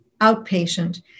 outpatient